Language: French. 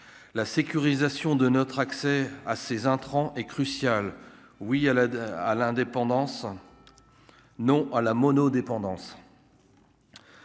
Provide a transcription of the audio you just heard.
la sécurisation de notre accès à ces intrants est crucial, oui à la à l'indépendance, non à la mono-dépendance